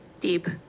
Deep